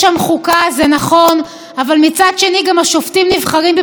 אבל מצד שני השופטים נבחרים בבחירות שהן פוליטיות לחלוטין.